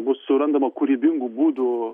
bus surandama kūrybingų būdų